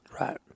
Right